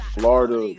Florida